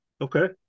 Okay